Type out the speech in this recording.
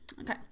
okay